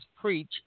preach